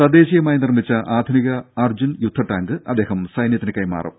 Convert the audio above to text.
തദ്ദേശീയമായി നിർമിച്ച ആധുനിക അർജ്ജുൻ യുദ്ധടാങ്ക് അദ്ദേഹം സൈന്യത്തിന് കൈമാറും